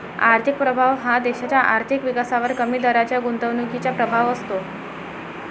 आर्थिक प्रभाव हा देशाच्या आर्थिक विकासावर कमी दराच्या गुंतवणुकीचा प्रभाव असतो